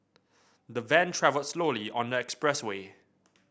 the van travelled slowly on the expressway